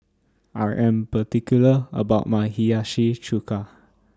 I Am particular about My Hiyashi Chuka